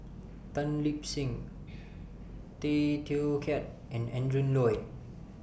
Tan Lip Seng Tay Teow Kiat and Adrin Loi